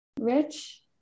Rich